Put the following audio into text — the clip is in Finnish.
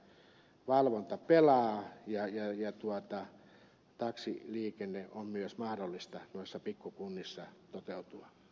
toivottavasti tuo valvonta pelaa ja taksiliikenteen on mahdollista myös noissa pikku kunnissa toteutua